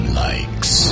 likes